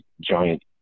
giant